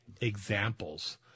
examples